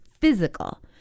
physical